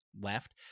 left